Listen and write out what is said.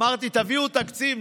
אמרתי: תביאו תקציב.